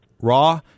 Raw